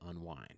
unwind